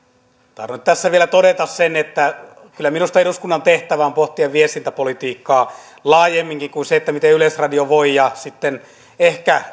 tahdon tässä vielä todeta sen että kyllä minusta eduskunnan tehtävä on pohtia viestintäpolitiikkaa laajemminkin kuin siten että miten yleisradio voi ja sitten ehkä